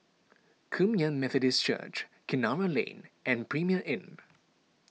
Kum Yan Methodist Church Kinara Lane and Premier Inn